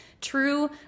true